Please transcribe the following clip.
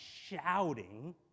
shouting